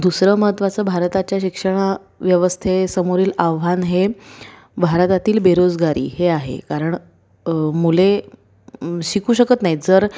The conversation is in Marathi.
दुसरं महत्वाचं भारताच्या शिक्षणा व्यवस्थेसमोरील आव्हान हे भारतातील बेरोजगारी हे आहे कारण मुले शिकू शकत नाहीत जर